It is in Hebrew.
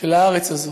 של הארץ הזו,